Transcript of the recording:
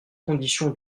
condition